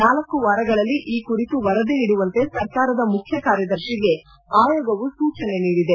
ನಾಲ್ನ ವಾರಗಳಲ್ಲಿ ಈ ಕುರಿತು ವರದಿ ನೀಡುವಂತೆ ಸರ್ಕಾರದ ಮುಖ್ಯ ಕಾರ್ಯದರ್ಶಿಗೆ ಆಯೋಗವು ಸೂಚನೆ ನೀಡಿದೆ